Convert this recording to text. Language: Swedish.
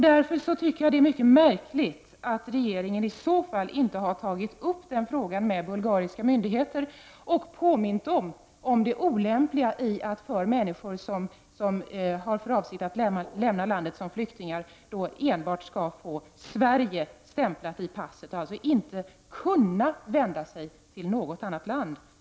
Därför tycker jag att det är mycket märkligt att regeringen inte har tagit upp den frågan med bulgariska myndigheter och påmint dem om det olämpliga i att de människor som har för avsikt att lämna landet som flyktingar enbart skall få Sverige stämplat i passet och alltså inte kunna vända sig till något annat land.